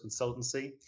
consultancy